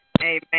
Amen